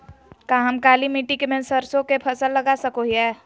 का हम काली मिट्टी में सरसों के फसल लगा सको हीयय?